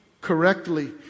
Correctly